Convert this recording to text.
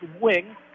wing